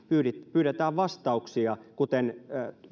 pyydetään vastauksia kuten